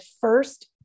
first